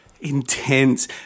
intense